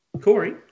Corey